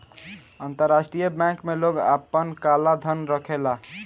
अंतरराष्ट्रीय बैंक में लोग आपन काला धन रखेला